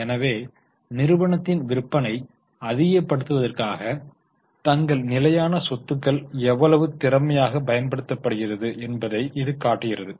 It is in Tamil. எனவே நிறுவனத்தின் விற்பனை அதிகப்படுத்துவதற்காக தங்கள் நிலையான சொத்துக்கள் எவ்வளவு திறமையாக பயன்படுத்துகிறீர்கள் என்பதை இது காட்டுகிறது